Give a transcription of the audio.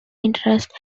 interest